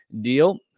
deal